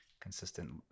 consistent